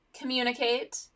communicate